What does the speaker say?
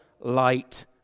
light